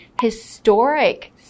historic